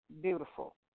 beautiful